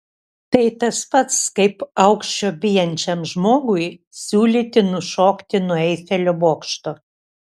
tai tas pats kaip aukščio bijančiam žmogui siūlyti nušokti nuo eifelio bokšto